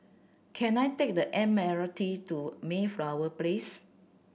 can I take the M R T to Mayflower Place